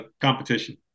competition